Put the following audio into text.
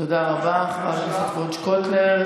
תודה רבה, חברת הכנסת וונש קוטלר.